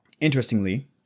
Interestingly